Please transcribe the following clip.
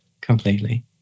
Completely